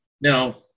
Now